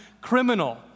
criminal